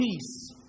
peace